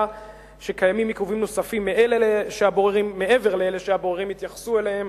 שקיימים עיכובים נוספים מעבר לאלה שהבוררים התייחסו אליהם